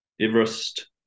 everest